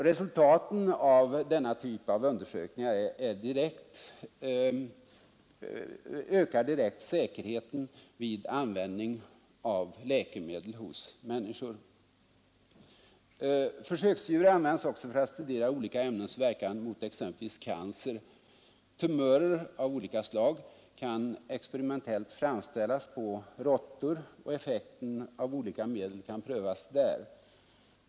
Resultaten av denna typ av undersökningar ökar direkt säkerheten vid användning av läkemedel. Försöksdjur används också för att studera olika ämnens verkan mot exempelvis cancer. Tumörer av olika slag kan experimentellt framställas hos råttor, och effekten av dessa medel kan på det sättet prövas.